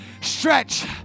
Stretch